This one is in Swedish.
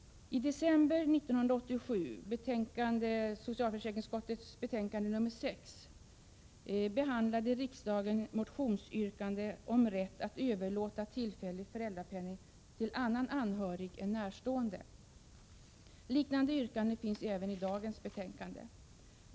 I december 1987 behandlade riksdagen i samband med socialutskottets betänkande nr 6 motionsyrkanden om rätt att överlåta tillfällig föräldrapenning till anhörig eller närstående. Liknande yrkande finns även i dagens betänkande.